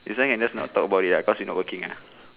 this one can just not talk about it lah cause you not working ah